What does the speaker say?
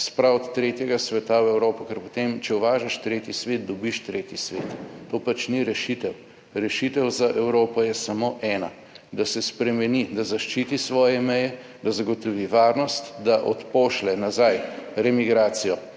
spraviti tretjega sveta v Evropo, ker potem, če uvažaš tretji svet, dobiš tretji svet, to pač ni rešitev. Rešitev za Evropo je samo ena: da se spremeni, da zaščiti svoje meje, da zagotovi varnost, da odpošlje nazaj remigracijo,